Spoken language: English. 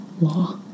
law